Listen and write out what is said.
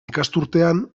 ikasturtean